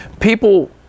people